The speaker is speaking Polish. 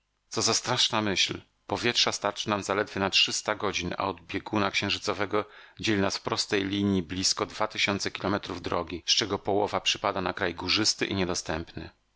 co za straszna myśl powietrza starczy nam zaledwie na trzysta godzin a od bieguna księżycowego dzieli nas w prostej linji blizko dwa tysiące kilometrów drogi z czego połowa przypada na kraj górzysty i niedostępny